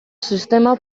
sistema